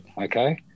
Okay